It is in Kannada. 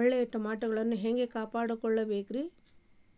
ಒಳ್ಳೆಯ ಟಮಾಟೊಗಳನ್ನು ಹ್ಯಾಂಗ ಕಾಪಾಡಿಕೊಳ್ಳಬೇಕರೇ?